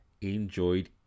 enjoyed